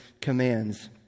commands